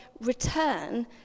return